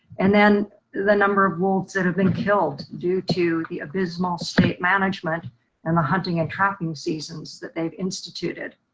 and then the number of wolves that have been killed due to the abysmal state management and the hunting and trapping seasons that they've instituted.